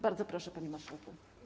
Bardzo proszę, panie marszałku.